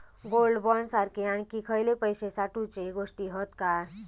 Gold bond सारखे आणखी खयले पैशे साठवूचे गोष्टी हत काय?